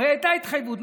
הרי הייתה התחייבות,